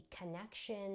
connection